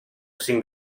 cinc